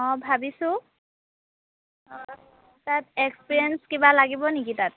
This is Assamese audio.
অঁ ভাবিছো অঁ তাত এক্সপেৰিয়েঞ্চ কিবা লাগিব নেকি তাত